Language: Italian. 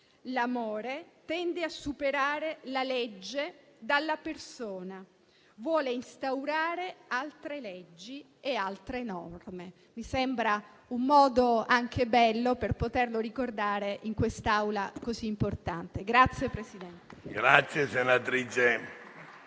«L'amore tende a separare la legge dalla persona; vuol instaurare altre leggi, altre norme». Mi sembra un modo anche bello per poterlo ricordare in quest'Aula così importante.